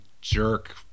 jerk